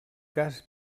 cas